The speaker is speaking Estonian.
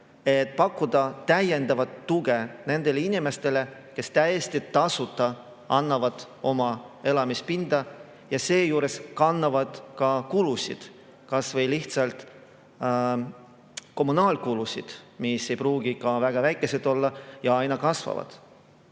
pakkuda täiendavat tuge nendele inimestele, kes täiesti tasuta annavad oma elamispinda [põgenikele kasutada] ja seejuures kannavad kulusid, kas või lihtsalt kommunaalkulusid, mis ei pruugi ka väga väikesed olla ja aina kasvavad.